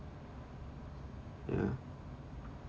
ya